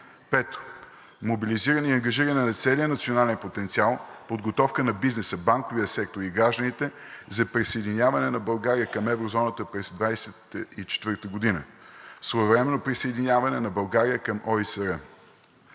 5. Мобилизиране и ангажиране на целия национален потенциал – подготовка на бизнеса, банковия сектор и гражданите за присъединяване на България към еврозоната през 2024 г., своевременно присъединяване на България към